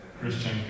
Christian